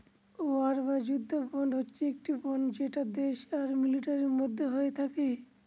war বা যুদ্ধ bond হচ্ছে একটি বন্ড যেটা দেশ আর মিলিটারির মধ্যে হয়ে থাকে